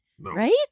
Right